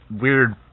weird